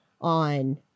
on